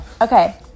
Okay